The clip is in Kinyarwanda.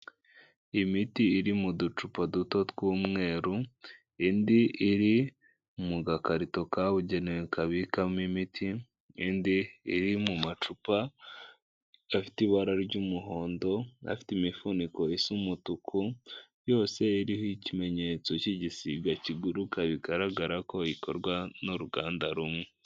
Imiti iri mu ducupa duto tw'umweru, indi iri mu gakarito kabugenewe kabikwamo imiti, indi iri mu macupa afite ibara ry'umuhondo n'afite imifuniko isa umutuku, yose iriho ikimenyetso cy'igisiga kiguruka, bigaragara ko ikorwa n'uruganda rumwe.